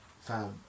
Fam